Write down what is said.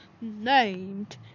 named